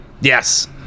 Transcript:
yes